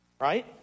right